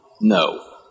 No